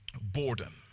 boredom